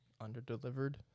under-delivered